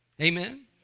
Amen